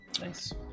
Nice